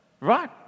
right